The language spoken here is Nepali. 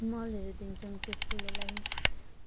मलहरू दिन्छौँ त्यो फुलहरूलाई